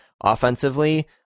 offensively